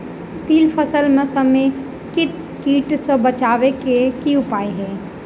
तिल फसल म समेकित कीट सँ बचाबै केँ की उपाय हय?